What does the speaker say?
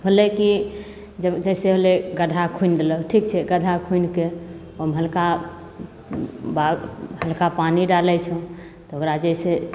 होलै कि जब जइसे होलै गड्ढा खुनि देलहुँ ठीक छै गड्ढा खुनिके ओहिमे हल्का हल्का पानी डालै छौँ तऽ ओकरा जइसे